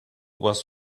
was